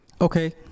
okay